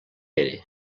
pere